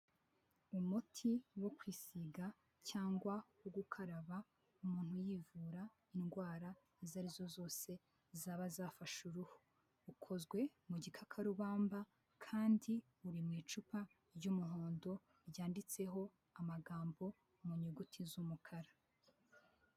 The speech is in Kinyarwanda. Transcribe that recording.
Umuti wo kwisiga cyangwa wo gukaraba, umuntu yivura indwara izo ari zo zose zaba zafashe uruhu, ukozwe mu gikakarubamba kandi, uri mu icupa ry'umuhondo ryanditseho amagambo mu nyuguti z'umukara.